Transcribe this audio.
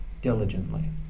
Diligently